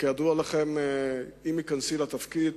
וכידוע לכם, עם כניסתי לתפקיד